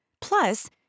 Plus